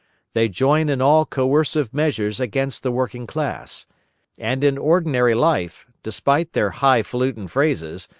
they join in all coercive measures against the working class and in ordinary life, despite their high falutin phrases,